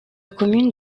commune